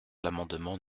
l’amendement